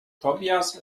tobias